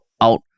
out